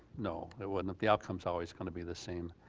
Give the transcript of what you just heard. no it wasn't, the outcome's always gonna be the same.